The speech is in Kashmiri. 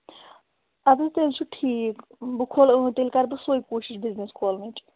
اَدٕ حظ تیٚلہِ چھُ ٹھیٖک بہٕ کھولہٕ تیٚلہِ کر بہٕ سُے کوٗشِش بزنِس کھولنٕچ